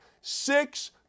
Six